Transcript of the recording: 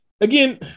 again